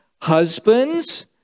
husbands